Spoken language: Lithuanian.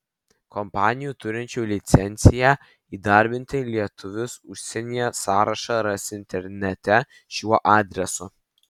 kompanijų turinčių licenciją įdarbinti lietuvius užsienyje sąrašą rasi internete šiuo adresu